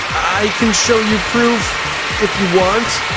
i can show you proof if you want.